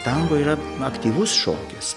tango yra aktyvus šokis